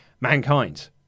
mankind